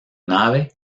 nave